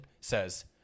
says